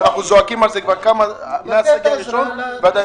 אנחנו זועקים על כך כבר מהסגר הראשון ועדיין אין